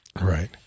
Right